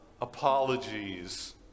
apologies